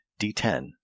D10